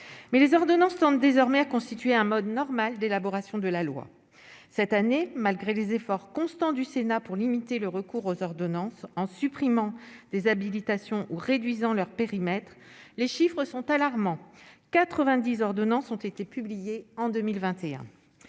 mais les ordonnances désormais constituer un mode normal d'élaboration de la loi, cette année, malgré les efforts constants du Sénat pour limiter le recours aux ordonnances en supprimant des habilitations ou réduisant leur périmètre, les chiffres sont alarmants : 90 ordonnances ont été publiées en 2021